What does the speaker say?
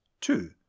Two